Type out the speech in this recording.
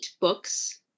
books